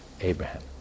Abraham